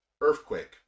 Earthquake